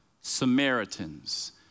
Samaritans